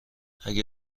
اگه